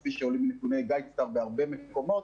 כפי שעולה מנתוני גיידסטאר בהרבה מקומות,